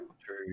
True